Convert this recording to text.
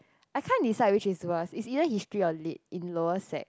I can't decide which is worse is either history or lit in lower sec